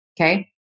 Okay